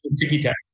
ticky-tack